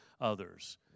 others